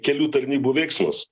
kelių tarnybų veiksmas